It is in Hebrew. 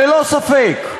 ללא ספק,